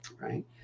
Right